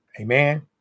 Amen